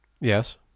Yes